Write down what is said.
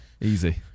Easy